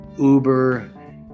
Uber